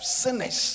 sinners